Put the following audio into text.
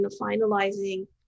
finalizing